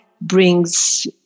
brings